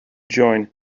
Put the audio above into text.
join